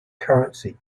currency